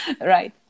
right